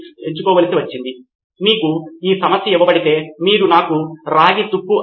నితిన్ కురియన్ తప్పనిసరిగా మనం ఇలాంటి రకమైన రిపోజిటరీని నిర్మించాల్సి ఉంటుందని అనుకుంటున్నాను కాని అది ఆఫ్లైన్లో ఉండాలి